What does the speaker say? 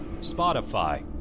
Spotify